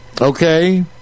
okay